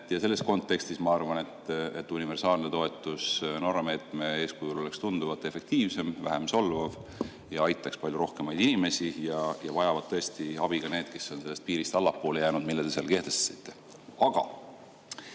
Selles kontekstis ma arvan, et universaalne toetus Norra meetme eeskujul oleks tunduvalt efektiivsem ja vähem solvav ning aitaks palju rohkemaid inimesi. Abi vajavad tõesti ka need, kes on sellest piirist allapoole jäänud, mille te kehtestasite. Aga